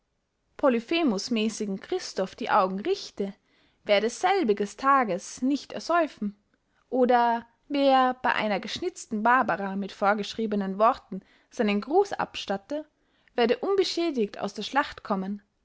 polyphemusmäßigen christoph die augen richte werde selbiges tages nicht ersäufen oder wer bey einer geschnitzten barbara mit vorgeschriebenen worten seinen gruß abstatte werde unbeschädigt aus der schlacht kommen